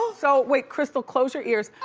so, wait, crystal, close your ears.